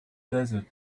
desert